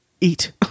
eat